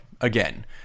again